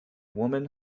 woman